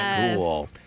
cool